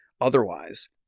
otherwise